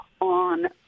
on